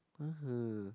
(uh huh)